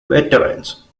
veterans